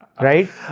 Right